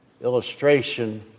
illustration